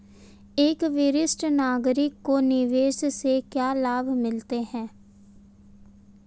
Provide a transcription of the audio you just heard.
एक वरिष्ठ नागरिक को निवेश से क्या लाभ मिलते हैं?